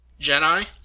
Jedi